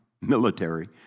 military